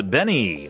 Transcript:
Benny